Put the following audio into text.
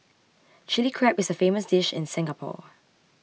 Chilli Crab is a famous dish in Singapore